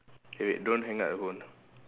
eh wait don't hang up your phone